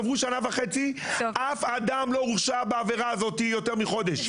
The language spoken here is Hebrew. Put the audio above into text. עברו שנה וחצי אף אדם לא הורשע בעבירה הזאת יותר מחודש,